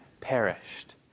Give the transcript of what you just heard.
perished